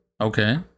Okay